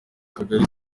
kagari